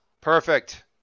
perfect